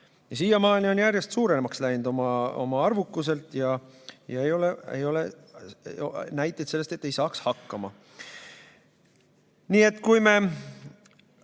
siiamaani on järjest suuremaks läinud oma arvukuselt ning ei ole näiteid sellest, et ei saaks hakkama. Nii et kui me